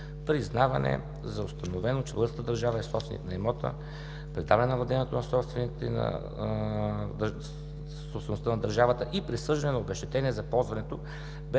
признаване за установено, че българската държава е собственик на имота, предаване на владението на собствените на държавата сгради и присъждане на обезщетение за ползването